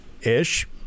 ish